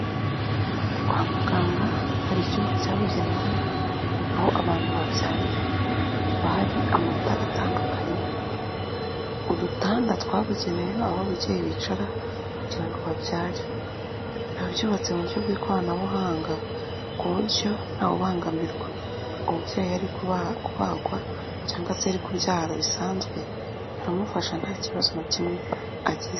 Kwa muganga hari icyumba cyabugenewe aho abantu babyarira haba hari amatara atandukanye udutanda twabugenewe aho ababyeyi bicara kugira ngo babyare biba byubatse mu buryo bw'ikoranabuhanga ku buryo ntawubangamirwa umubyeyi iyo ari kubagwa cyangwa se iyo ari kubyara bisanzwe baramufasha nta kibazo na kimwe agize.